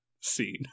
scene